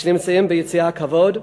שנמצאים ביציע הכבוד,